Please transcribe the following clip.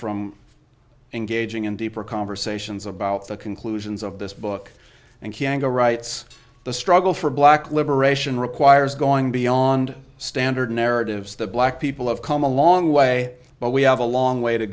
from engaging in deeper conversations about the conclusions of this book and kanga writes the struggle for black liberation requires going beyond standard narratives that black people have come a long way but we have a long way to